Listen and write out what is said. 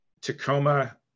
Tacoma